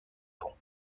pont